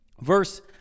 Verse